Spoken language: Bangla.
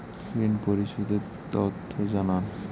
ঋন পরিশোধ এর তথ্য জানান